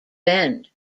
bend